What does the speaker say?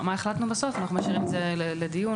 מה החלטנו בסוף, אנחנו משאירים את זה לדיון?